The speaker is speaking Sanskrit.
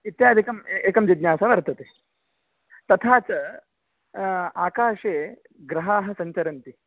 इत्यादिकम् एकं जिज्ञासा वर्तते तथा च आकाशे ग्रहाः सञ्चरन्ति